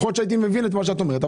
יכול להיות הייתי מבין מה את אומרת.